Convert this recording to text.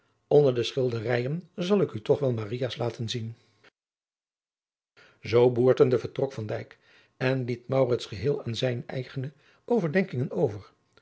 onder de schilderijen zal ik u toch wel maria's laten zien zoo boertende vertrok van dijk en liet maurits geheel aan zijne eigene overdenkingen over